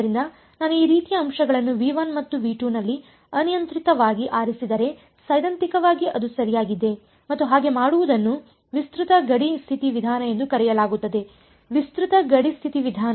ಆದ್ದರಿಂದ ನಾನು ಈ ರೀತಿಯ ಅಂಶಗಳನ್ನು ಮತ್ತು ನಲ್ಲಿ ಅನಿಯಂತ್ರಿತವಾಗಿ ಆರಿಸಿದರೆ ಸೈದ್ಧಾಂತಿಕವಾಗಿ ಅದು ಸರಿಯಾಗಿದೆ ಮತ್ತು ಹಾಗೆ ಮಾಡುವುದನ್ನು ವಿಸ್ತೃತ ಗಡಿ ಸ್ಥಿತಿ ವಿಧಾನ ಎಂದು ಕರೆಯಲಾಗುತ್ತದೆ ವಿಸ್ತೃತ ಗಡಿ ಸ್ಥಿತಿ ವಿಧಾನ